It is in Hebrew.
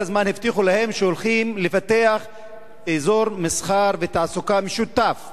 כל הזמן הבטיחו להם שהולכים לפתח אזור מסחר ותעסוקה משותף,